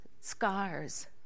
scars